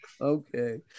Okay